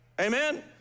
Amen